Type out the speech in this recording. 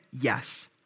Yes